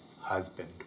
husband